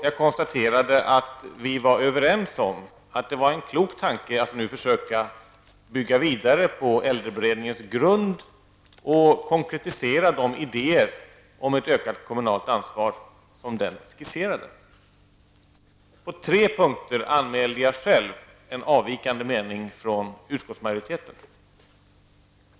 Jag konstaterade att vi var överens om att det var en klok tanke att nu försöka bygga vidare på äldreberedningens grund och konkretisera de idéer om ett ökat kommunalt ansvar som då skisserades. Jag anmälde själv en avvikande mening i förhållande till utskottets majoritet på tre punkter.